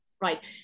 Right